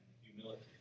humility